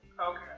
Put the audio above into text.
okay